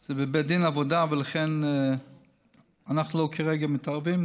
הוא בבית דין לעבודה, ולכן אנחנו כרגע לא מתערבים.